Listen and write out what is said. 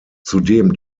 zudem